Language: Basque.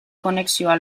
konexioa